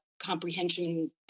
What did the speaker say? comprehension